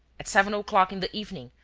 at seven o'clock in the evening,